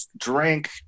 drink